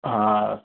हा